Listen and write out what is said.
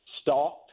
stalked